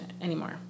anymore